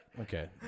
Okay